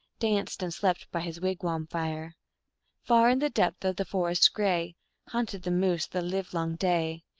danced and slept by his wigwam fire far in the depth of the forest gray hunted the moose the livelong day,